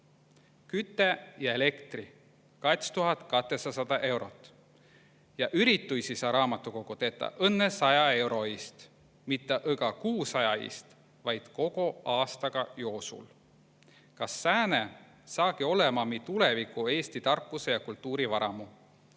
Küte ja elektri. 2800 eurot. Ja ürituisi saa raamatukogo tetä õnnõ saja euro iist. Mitte õga kuu saja iist, vaid kogo aastaga joosul. Kas sääne saagi olõma mi tulõvigu Eesti tarkusõ ja kultuuri varamu?